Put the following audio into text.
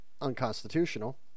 unconstitutional